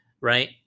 Right